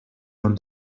own